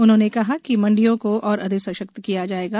उन्होंने कहा कि मंडियों को और अधिक सशक्त बनाया जायेगा